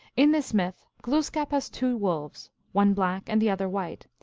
in this myth glooskap has two wolves, one black and the other white.